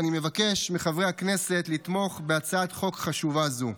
ואני מבקש מחברי הכנסת לתמוך בהצעה חוק חשובה זו.